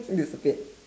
and disappeared